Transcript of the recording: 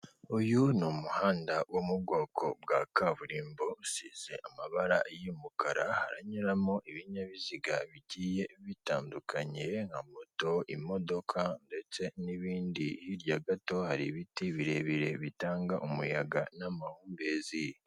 Uyu ni umuhanda wo mu bwoko bwa kaburimbo usize amabara y'umukara, haranyuramo ibinyabiziga bigiye bitandukanye nka moto, imodoka ndetse n'ibindi, hirya gato hari ibiti birebire bitanga umuyaga n'amahumbezi.